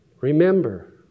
Remember